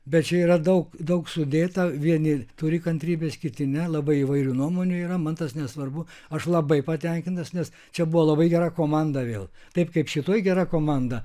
bet čia yra daug daug sudėta vieni turi kantrybės kiti ne labai įvairių nuomonių yra man tas nesvarbu aš labai patenkintas nes čia buvo labai gera komanda vėl taip kaip šitoj gera komanda